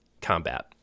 combat